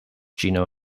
gino